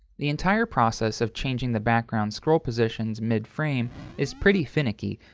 the entire process of changing the background scroll positions mid-frame is pretty finicky,